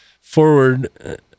forward